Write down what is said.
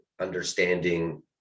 understanding